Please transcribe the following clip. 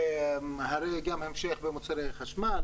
וגם מוצרי חשמל,